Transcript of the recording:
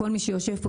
כל מי שיושב כאן,